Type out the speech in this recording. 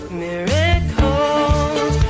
miracles